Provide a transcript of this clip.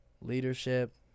leadership